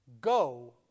Go